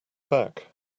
back